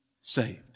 saved